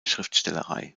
schriftstellerei